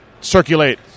circulate